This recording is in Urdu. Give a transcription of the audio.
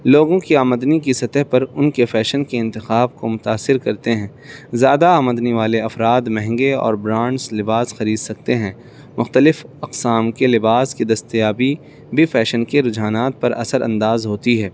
لوگوں کی آمدنی کی سطح پر ان کے فیشن کے انتخاب کو متاثر کرتے ہیں زیادہ آمدنی والے افراد مہنگے اور برانڈس لباس خرید سکتے ہیں مختلف اقسام کے لباس کی دستیابی بھی فیشن کے رجحانات پر اثرانداز ہوتی ہے